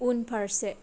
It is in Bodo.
उनफारसे